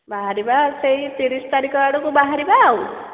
ବାହାରିବା ସେଇ ତିରିଶ ତାରିଖ ଆଡ଼କୁ ବାହାରିବା ଆଉ